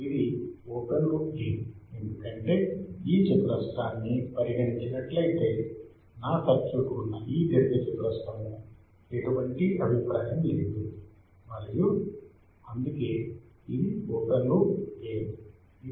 ఇది open loop gain ఎందుకంటే ఈ చతురస్రాన్ని పరిగణించినట్లయితే నా సర్క్యూట్ ఉన్నఈ దీర్ఘచతురస్రము ఎటువంటి అభిప్రాయం లేదు మరియు అందుకే ఇది ఓపెన్ లూప్ గెయిన్